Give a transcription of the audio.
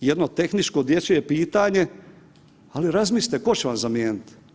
Jedno tehničko dječje pitanje, ali razmislite tko će vam zamijeniti?